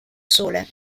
sole